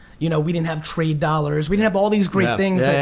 you know we didn't have trade dollars. we didn't have all these great things,